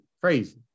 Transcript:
crazy